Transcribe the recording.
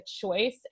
choice